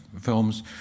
films